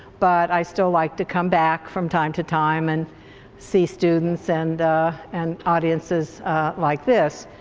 but i still like to come back from time to time and see students and and audiences like this.